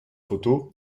photo